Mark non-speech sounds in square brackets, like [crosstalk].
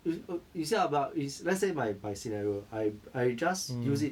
[noise] you see ah but is let's say my my scenario I I just use it